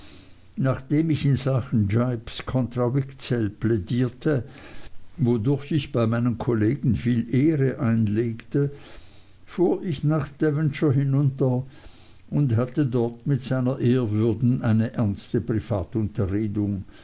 nachdem ich in sachen jipes kontra wigzell plaidierte wodurch ich bei meinen kollegen viel ehre einlegte fuhr ich nach devonshire hinunter und hatte dort mit seiner ehrwürden eine ernste